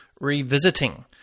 revisiting